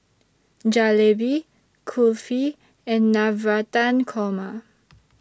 Jalebi Kulfi and Navratan Korma